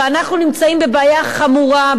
ואנחנו נמצאים בבעיה חמורה,